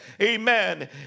amen